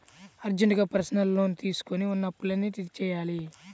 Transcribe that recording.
అర్జెంటుగా personal loan తీసుకొని ఉన్న అప్పులన్నీ తీర్చేయ్యాలి